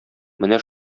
менә